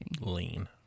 lean